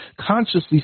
consciously